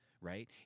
Right